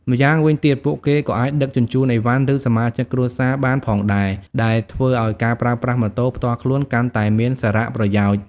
ម្យ៉ាងវិញទៀត ពួកគេក៏អាចដឹកជញ្ជូនអីវ៉ាន់ ឬសមាជិកគ្រួសារបានផងដែរ ដែលធ្វើឱ្យការប្រើប្រាស់ម៉ូតូផ្ទាល់ខ្លួនកាន់តែមានសារៈប្រយោជន៍។